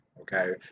okay